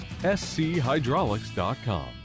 schydraulics.com